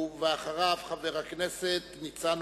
ואחריו, חבר הכנסת נסים